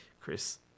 chris